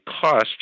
cost